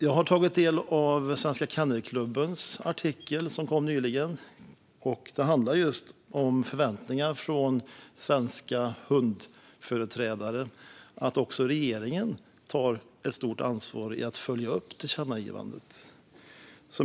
Jag har tagit del av Svenska Kennelklubbens artikel som kom nyligen som handlar om förväntningar från svenska hundföreträdare att också den här regeringen tar stort ansvar för att följa upp tillkännagivandet.